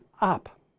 up